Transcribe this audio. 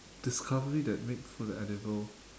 discovery that makes food edible